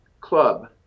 Club